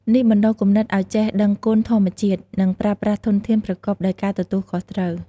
នេះបណ្ដុះគំនិតឲ្យចេះដឹងគុណធម្មជាតិ និងប្រើប្រាស់ធនធានប្រកបដោយការទទួលខុសត្រូវ។